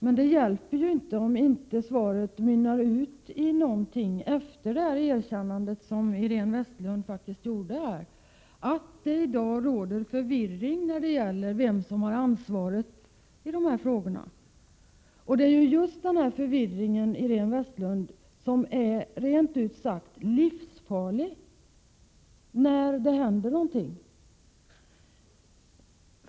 Men detta hjälper ju inte om svaret inte mynnar ut i någonting annat än det erkännande som Iréne Vestlund faktiskt gjorde här, att det i dag råder förvirring när det gäller vem som har ansvaret i dessa frågor. Det är just denna förvirring, Iréne Vestlund, som är rent ut sagt livsfarlig när det händer någonting.